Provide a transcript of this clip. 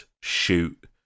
shoot